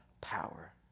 power